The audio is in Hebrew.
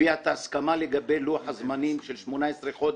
הביע א ההסכמה לגבי לוח הזמנים של 18 חודש.